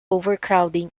overcrowding